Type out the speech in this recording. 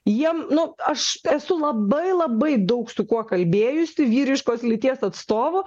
jiem nu aš esu labai labai daug su kuo kalbėjusi vyriškos lyties atstovų